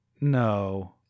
No